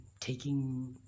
taking